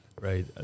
Right